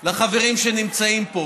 לחברים שנמצאים פה,